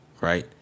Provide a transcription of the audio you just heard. right